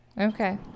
Okay